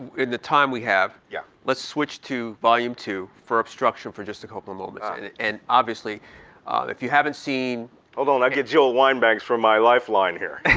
in the time we have, yeah let's switch to volume two for obstruction for just a couple um of and obviously if you haven't seen hold on, let me get jill wine-banks for my lifeline here.